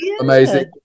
amazing